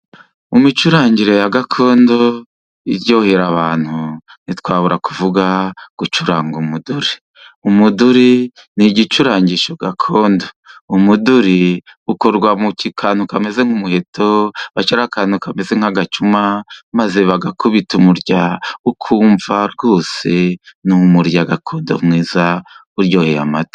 Mu micurangire ya gakondo iryohera abantu ntitwabura kuvuga gucuranga umuduri, umuduri ni igicurangisho gakondo. Umuduri ukorwa mu kantu kameze nk'umuheto bashyiraho akantu kameze nk'agacuma maze bagakubita umurya ukumva rwose ni umurya gakondo mwiza uryoheye amatwi.